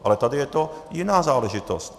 Ale tady je to jiná záležitost.